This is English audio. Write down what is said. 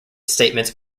statements